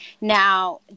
Now